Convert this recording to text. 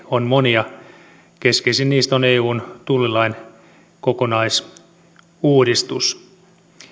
on monia keskeisin niistä on eun tullilain kokonaisuudistus